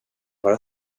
vara